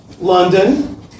London